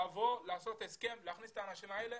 לבוא, לעשות הסכם, להכניס את האנשים האלה